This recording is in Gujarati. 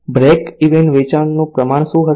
બ્રેક ઇવન વેચાણનું પ્રમાણ શું હશે